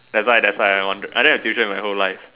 that's why that's why I wonder I don't have tuition in my whole life